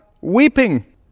weeping